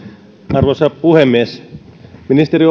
arvoisa puhemies ministeri